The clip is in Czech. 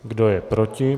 Kdo je proti?